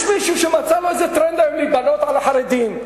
יש מישהו שמצא לו איזה טרנד היום להיבנות על החרדים,